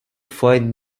find